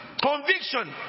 Conviction